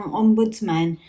ombudsman